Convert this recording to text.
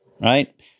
right